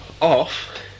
off